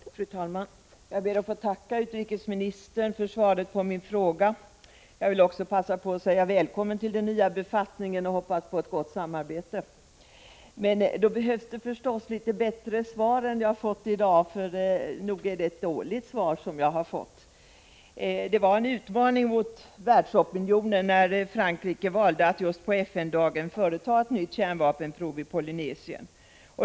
Fru talman! Jag ber att få tacka utrikesministern för svaret på min fråga. Jag vill också passa på att hälsa Sten Andersson välkommen till den nya befattningen och säga att jag hoppas på ett gott samarbete. Men då behövs det förstås litet bättre svar än det som jag har fått i dag, för nog är det dåligt. Det var en utmaning mot världsopinionen när Frankrike valde att just på FN-dagen företa ett nytt kärnvapenprov i Polynesien.